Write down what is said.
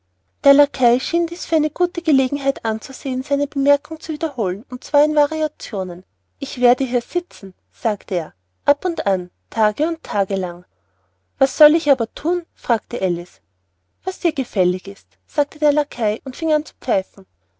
der lackei schien dies für eine gute gelegenheit anzusehen seine bemerkung zu wiederholen und zwar mit variationen ich werde hier sitzen sagte er ab und an tage und tage lang was soll ich aber thun fragte alice was dir gefällig ist sagte der lackei und fing an zu pfeifen